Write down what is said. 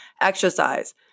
Exercise